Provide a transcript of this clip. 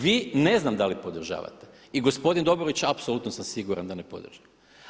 Vi ne znam da li podržavate i gospodin Dobrović apsolutno sam siguran da ne podržava.